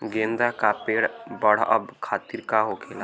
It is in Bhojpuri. गेंदा का पेड़ बढ़अब खातिर का होखेला?